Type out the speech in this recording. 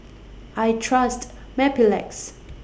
I Trust Mepilex